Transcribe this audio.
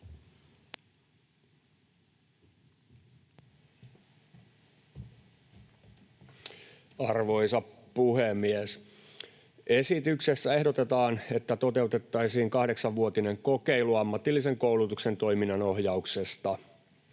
Arvoisa puhemies! Esityksessä ehdotetaan, että toteutettaisiin kahdeksanvuotinen kokeilu ammatillisen koulutuksen toiminnan ohjauksesta.